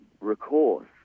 recourse